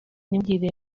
ntimugire